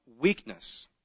weakness